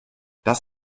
das